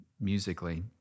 musically